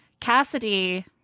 Cassidy